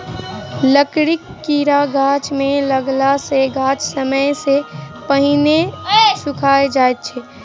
लकड़ीक कीड़ा गाछ मे लगला सॅ गाछ समय सॅ पहिने सुइख जाइत छै